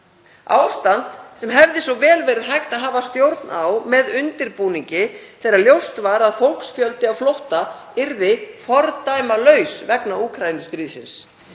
ástand sem hefði svo vel verið hægt að hafa stjórn á með undirbúningi þegar ljóst var að fólksfjöldi á flótta yrði fordæmalaus vegna Úkraínustríðsins.